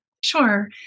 Sure